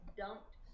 dumped